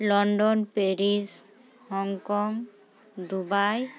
London Paris Hong Kong Dubai